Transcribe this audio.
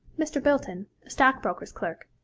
mr. bilton, a stockbroker's clerk,